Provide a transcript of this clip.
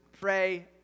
pray